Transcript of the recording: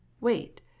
wait